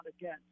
again